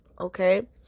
okay